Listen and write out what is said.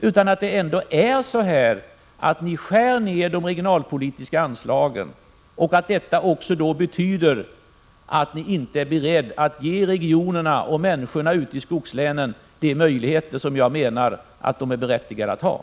Faktum är att ni minskar de regionalpolitiska anslagen, vilket betyder att ni inte är beredda att ge regionerna och människorna ute i skogslänen de möjligheter som jag menar att de är berättigade till.